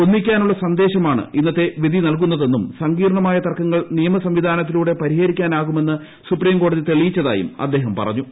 ഒന്നിക്കാനുള്ള സന്ദേശമാണ് ഇന്നത്തെ വിധി നൽകുന്നതെന്നും സങ്കീർണമായ തർക്കങ്ങൾ നിയമ സംവിധാനത്തിലൂടെ പരിഹരിക്കാനാകുമെന്ന് സുപ്രീം കോടതി തെളിയിച്ചതായും അദ്ദേഹം പറഞ്ഞു